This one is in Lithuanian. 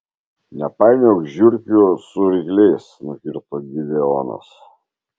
nepainiok žiurkių su rykliais nukirto gideonas